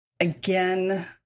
Again